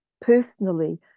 personally